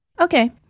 Okay